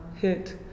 hit